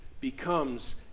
becomes